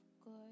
good